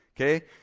Okay